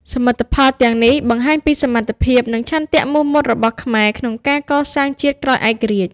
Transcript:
សមិទ្ធផលទាំងនេះបង្ហាញពីសមត្ថភាព និងឆន្ទៈមោះមុតរបស់ខ្មែរក្នុងការកសាងជាតិក្រោយឯករាជ្យ។